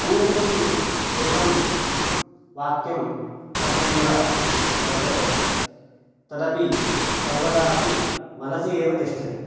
अन्यदपि एकं वाक्यं तत्रैव वर्तते तदपि सर्वदापि मनसि एव तिष्ठति